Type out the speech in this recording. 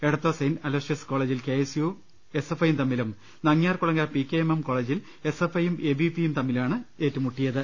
Edathua saint Aloysius കോളജിൽ K S U വും S F ഐയും Nangiarkulangara P K M M കോളജിൽ എസ് എഫ് ഐയും എ ബി വി പിയും തമ്മിലുമാണ് ഏറ്റുമുട്ടിയത്